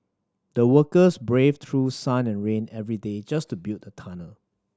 the workers braved through sun and rain every day just to build the tunnel